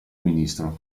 ministro